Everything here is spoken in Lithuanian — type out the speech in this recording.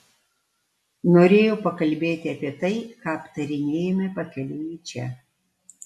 norėjau pakalbėti apie tai ką aptarinėjome pakeliui į čia